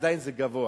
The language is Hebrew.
עדיין זה גבוה.